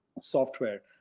software